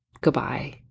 goodbye